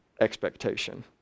expectation